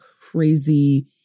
crazy